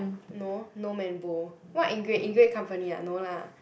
no no man ball what in great in great company ah no lah